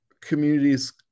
communities